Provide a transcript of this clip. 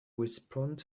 respond